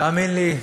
תאמין לי,